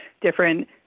different